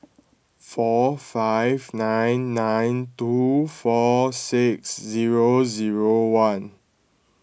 four five nine nine two four six zero zero one